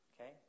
Okay